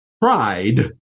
pride